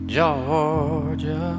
Georgia